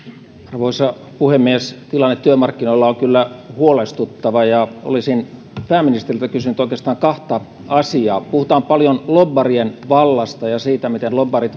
arvoisa puhemies tilanne työmarkkinoilla on kyllä huolestuttava ja olisin pääministeriltä kysynyt oikeastaan kahta asiaa puhutaan paljon lobbarien vallasta ja siitä miten lobbarit